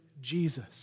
Jesus